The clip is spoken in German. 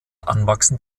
anwachsen